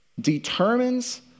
determines